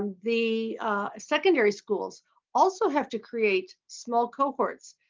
the secondary schools also have to create small cohorts.